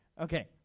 Okay